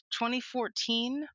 2014